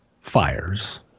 fires